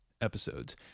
episodes